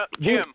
Jim